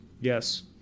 Yes